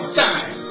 time